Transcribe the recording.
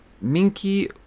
Minky